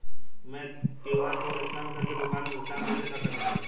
मैं QR code scan कर के दुकान में भुगतान कैसे कर सकती हूँ?